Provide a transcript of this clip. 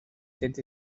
desde